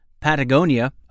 Patagonia